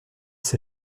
ses